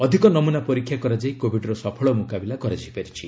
ଅଧିକ ନମୁନା ପରୀକ୍ଷା କରାଯାଇ କୋବିଡ୍ର ସଫଳ ମୁକାବିଲା କରାଯାଇ ପାରିଛି